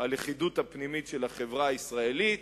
הלכידות הפנימית של החברה הישראלית.